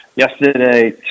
Yesterday